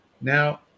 now